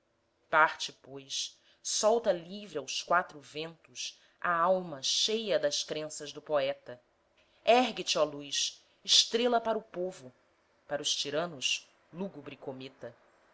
parte pois solta livre aos quatro ventos a alma cheia das crenças do poeta ergue-te ó luz estrela para o povo para os tiranos lúgubre cometa